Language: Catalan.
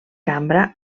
cambra